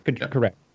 Correct